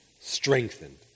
strengthened